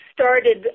started